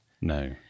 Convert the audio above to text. No